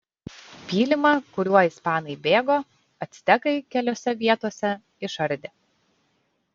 pylimą kuriuo ispanai bėgo actekai keliose vietose išardė